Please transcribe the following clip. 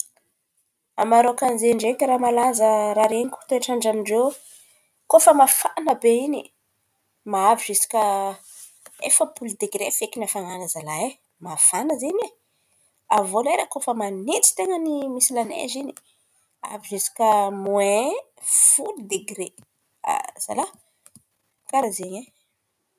A Marôka an̈y ze ndraiky, raha malaza, raha ren̈iko, toetrandra amin-drô, koa fa mafana be in̈y, mahavy ziska efapolo degre feky, hafan̈ano zalah ai! Mafana zen̈y ai! Avô koa fa manintsy lera misy la neizy in̈y. Avy ziska moain folo degre, a zalah! Karàn’izen̈y ai.